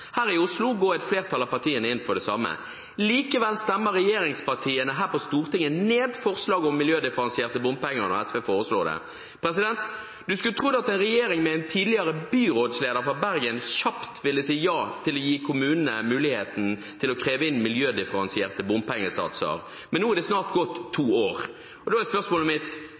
Her i Oslo går et flertall av partiene inn for det samme. Likevel stemmer regjeringspartiene her på Stortinget ned forslaget om miljødifferensierte bompenger når SV foreslår det. Man skulle trodd at en regjering med en tidligere byrådsleder fra Bergen kjapt ville si ja til å gi kommunene muligheten til å kreve inn miljødifferensierte bompengesatser, men nå er det snart gått to